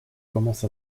commence